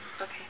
Okay